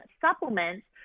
supplements